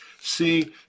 see